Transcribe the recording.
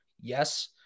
Yes